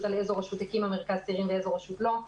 על איזו רשות הקימה מרכז צעירים ואיזו רשות לא.